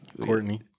Courtney